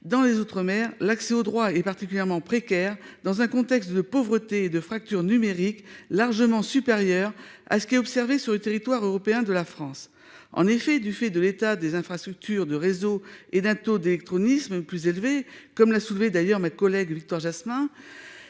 dans les outre-mer, « l'accès au droit est particulièrement précaire dans un contexte de pauvreté et de fracture numérique largement supérieures à ce qui est observé sur le territoire européen de la France ». En effet, en raison de l'état des infrastructures de réseau et d'un taux d'illectronisme plus élevé, comme l'a souligné Victoire Jasmin,